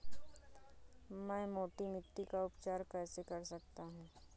मैं मोटी मिट्टी का उपचार कैसे कर सकता हूँ?